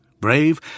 Brave